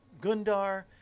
Gundar